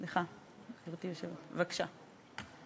סליחה, בבקשה.